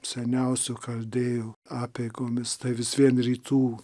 seniausių chaldėjų apeigomis tai vis vien rytų